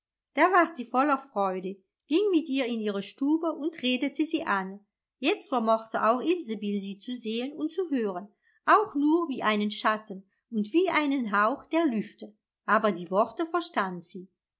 da ward sie voller freude ging mit ihr in ihre stube und redete sie an jetzt vermochte auch ilsebill sie zu sehen und zu hören auch nur wie einen schatten und wie einen hauch der lüfte aber die worte verstand sie